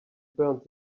burned